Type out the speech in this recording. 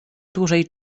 dłużej